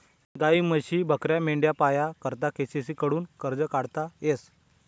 गायी, म्हशी, बकऱ्या, मेंढ्या पाया करता के.सी.सी कडथून कर्ज काढता येस